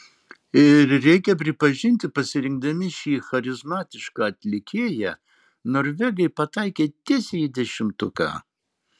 ir reikia pripažinti pasirinkdami šį charizmatišką atlikėją norvegai pataikė tiesiai į dešimtuką